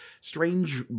strange